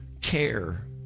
care